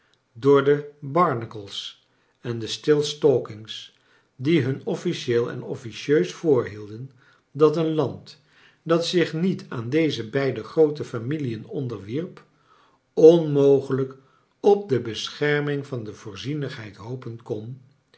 door de barnacles en de stilstalkings die hun officieel en officieus voorhielden dat een land dat zich niet aan deze beide groote familien onderwierp onmogelijk op de besoherming van de yoorzienigheid liopen kon